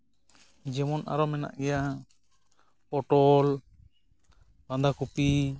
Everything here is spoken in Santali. ᱡᱮᱢᱚᱱ ᱟᱨᱚ ᱢᱮᱱᱟᱜ ᱜᱮᱭᱟ ᱯᱚᱴᱚᱞ ᱵᱟᱸᱫᱟ ᱠᱚᱯᱤ